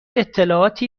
اطلاعاتی